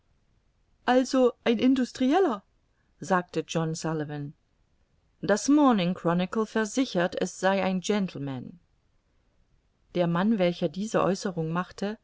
also ein industrieller sagte john sullivan das morning chronicle versichert es sei ein gentleman der mann welcher diese aeußerung machte